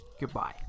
Goodbye